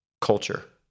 culture